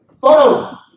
Photos